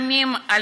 הם משלמים משכנתה,